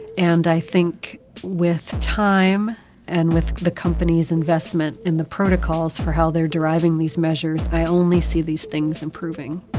and i think with time and with the company's investment in the protocols for how they are deriving these measures, i only see these things improving.